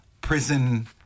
prison